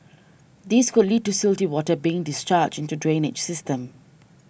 this could lead to silty water being discharged into the drainage system